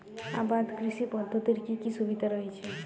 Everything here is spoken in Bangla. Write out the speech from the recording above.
আবাদ কৃষি পদ্ধতির কি কি সুবিধা রয়েছে?